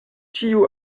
ĉiu